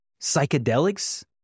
psychedelics